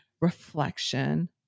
reflection